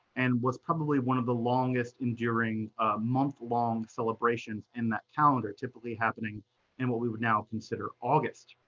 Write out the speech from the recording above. and was probably one of the longest enduring, a month long celebration in that calendar, typically happening in and what we would now consider august.